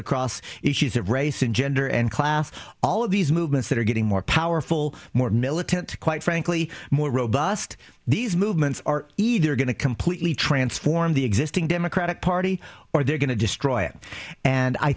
across issues of race and gender and class all of these movements that are getting more powerful more militant quite frankly more robust these movements are either going to completely transform the existing democratic party or they're going to destroy it and i